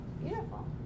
Beautiful